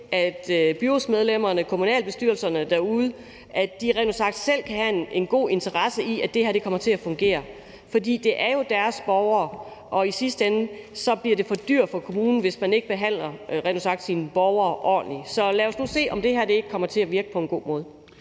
at byrådsmedlemmerne, kommunalbestyrelserne derude selv kan have en stor interesse i, at det her kommer til at fungere. For det er jo deres borgere, og i sidste ende bliver det rent ud sagt for dyrt for kommunen, hvis man ikke behandler sine borgere ordentligt. Så lad os nu se, om det her ikke kommer til at virke på en god måde.